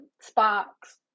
sparks